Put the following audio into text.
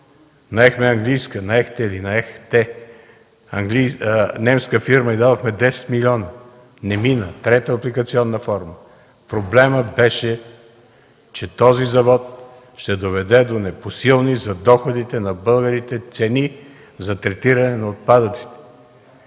за втората форма. Наехте немска фирма и дадохме 10 милиона – не мина. Трета апликационна форма. Проблемът беше, че този завод ще доведе до непосилни за доходите на българите цени за третиране на отпадъците.